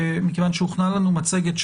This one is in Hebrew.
מכיוון שהוכנה לנו מצגת,